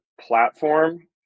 platform